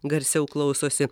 garsiau klausosi